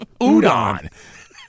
Udon